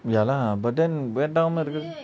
ya lah but then wet ஆகமா இருக்கறத்துக்கு:aagama irukkarthukku